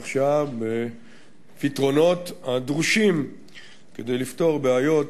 שר האוצר עוסק עכשיו בפתרונות הדרושים כדי לפתור בעיות,